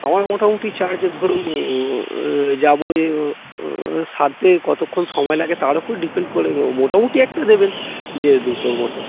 আমার মোটামুটি চার্জ ধরুন যাবো সারতে কতক্ষণ সময় লাগে তার ওপর ডিপেন্ড করবে মোটামুটি একটা দেবেন যে দুশোর মতো